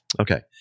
Okay